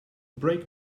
brake